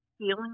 feeling